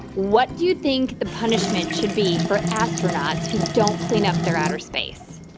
what do you think the punishment should be for astronauts who don't clean up their outer space?